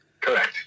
Correct